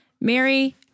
Mary